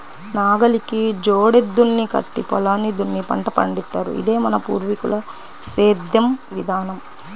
నాగలికి జోడెద్దుల్ని కట్టి పొలాన్ని దున్ని పంట పండిత్తారు, ఇదే మన పూర్వీకుల సేద్దెం విధానం